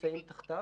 נמצאים תחתיו.